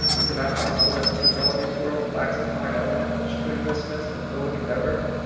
is it not possible that mr. bellamy's world lacks a fine ele ment of strenuousness and heroic endeavor?